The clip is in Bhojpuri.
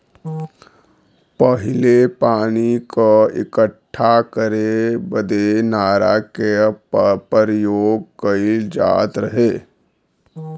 पहिले पानी क इक्कठा करे बदे नारा के परियोग कईल जात रहे